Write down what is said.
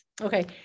okay